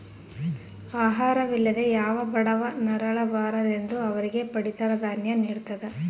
ಆಹಾರ ವಿಲ್ಲದೆ ಯಾವ ಬಡವ ನರಳ ಬಾರದೆಂದು ಅವರಿಗೆ ಪಡಿತರ ದಾನ್ಯ ನಿಡ್ತದ